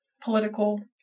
political